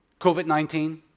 COVID-19